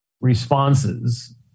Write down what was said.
responses